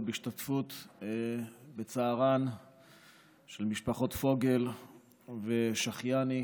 בהשתתפות בצערן של המשפחות פוגל ושחייני